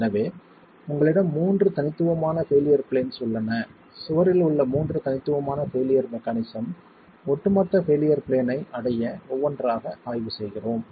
எனவே உங்களிடம் மூன்று தனித்துவமான பெயிலியர் பிளேன்ஸ் உள்ளன சுவரில் உள்ள மூன்று தனித்துவமான பெயிலியர் மெக்கானிசம் ஒட்டுமொத்த பெயிலியர் பிளேன் ஐ அடைய ஒவ்வொன்றாக ஆய்வு செய்கிறோம்